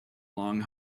long